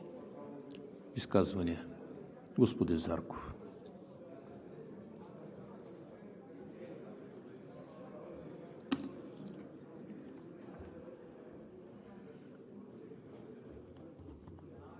Изказвания? Господин Зарков.